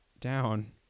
down